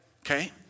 Okay